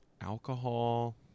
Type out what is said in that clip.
alcohol